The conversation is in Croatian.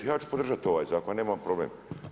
Ja ću podržati ovaj zakon, ja nemam problem.